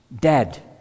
Dead